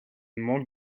manque